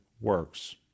works